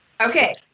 Okay